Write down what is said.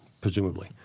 presumably